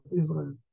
Israel